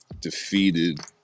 defeated